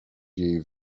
jej